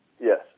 Yes